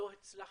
לא הצלחנו.